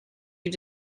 you